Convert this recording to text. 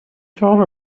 thought